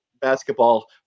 basketball